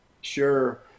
Sure